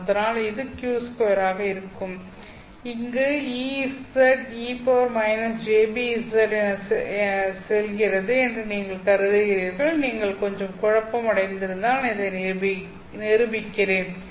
அதனால் இது q2ஆக இருக்கும் இங்கு Ez e jβz எனச் செல்கிறது என்று நீங்கள் கருதுகிறீர்கள் நீங்கள் கொஞ்சம் குழப்பம் அடைந்து இருந்தால் நான் இதை நிரூபிக்கிறேன்